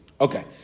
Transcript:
okay